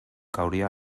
cauria